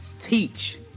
teach